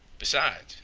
besides,